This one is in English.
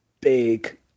big